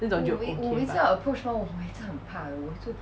那种就 okay but